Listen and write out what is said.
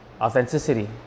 authenticity